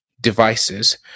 devices